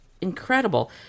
Incredible